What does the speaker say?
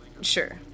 Sure